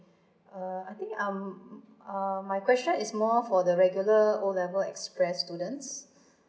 uh I think I'm uh my question is more for the regular O level express students